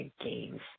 games